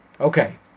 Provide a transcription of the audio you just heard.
Okay